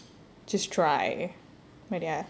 just just try கெட்டியா:kettiyaa